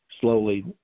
slowly